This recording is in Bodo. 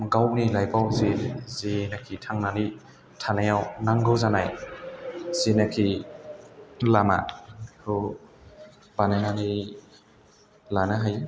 गावनि लाइफआव जे जेनाखि थांनानै थानायाव नांगौ जानाय जिनाखि लामाखौ बानायनानै लानो हायो